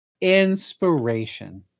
inspiration